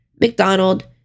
McDonald